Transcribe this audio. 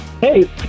Hey